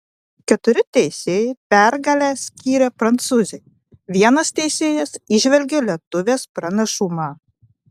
keturi teisėjai pergalę skyrė prancūzei vienas teisėjas įžvelgė lietuvės pranašumą